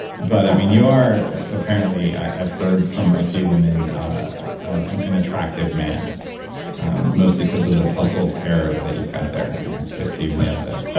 but i mean you are apparently, i've heard from a few women, an an attractive man mostly because of the tussled hair that you've got there, max. so you've nailed it.